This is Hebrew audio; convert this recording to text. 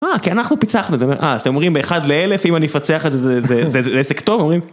אה, כי אנחנו פיצחנו את זה, אה, אז אתם אומרים באחד לאלף אם אני אפצח את זה, זה עסק טוב? אומרים...